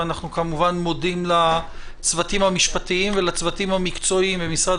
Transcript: ואנחנו כמובן מודים לצוותים המשפטיים ולצוותים המקצועיים במשרד